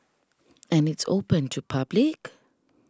and it's open to public